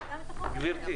גבירתי.